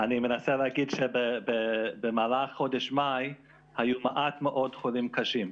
אני מבקש להגיד שבתחילת חודש מאי היו מעט מאוד חולים קשה.